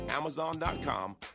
Amazon.com